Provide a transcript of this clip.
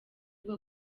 bwo